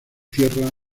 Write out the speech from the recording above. tierra